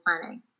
planning